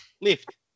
Lift